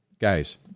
guys